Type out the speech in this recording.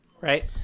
Right